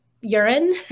urine